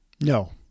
No